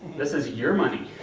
this is your money,